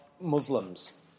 Muslims